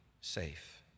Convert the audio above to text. safe